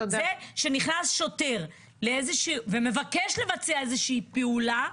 זה שנכנס שוטר ומבקש לבצע איזושהי פעולה,